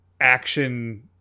action